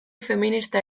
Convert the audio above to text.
feminista